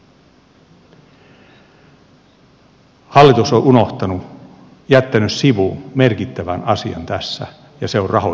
hallitus on unohtanut jättänyt sivuun merkittävän asian tässä ja se on rahoitusperiaate